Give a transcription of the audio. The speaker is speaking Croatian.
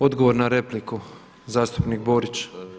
Odgovor na repliku zastupnik Borić.